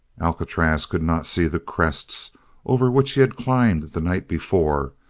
alcatraz could not see the crests over which he had climbed the night before,